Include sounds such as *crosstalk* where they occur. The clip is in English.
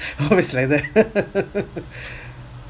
always like that *laughs*